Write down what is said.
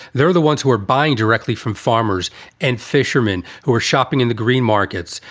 they're are the ones who are buying directly from farmers and fishermen who are shopping in the green markets,